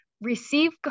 receive